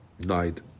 died